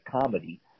comedy